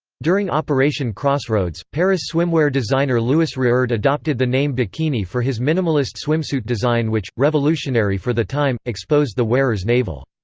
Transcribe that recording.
during operation crossroads, paris swimwear designer louis reard adopted the name bikini for his minimalist swimsuit design which revolutionary for the time exposed the wearer's navel.